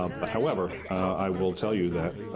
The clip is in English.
ah but however, i will tell you that